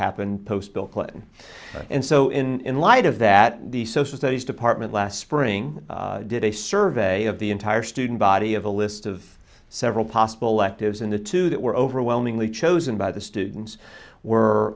happened post bill clinton and so in light of that the social studies department last spring did a survey of the entire student body of a list of several possible electives in the two that were overwhelmingly chosen by the students were